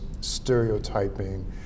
stereotyping